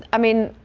i mean.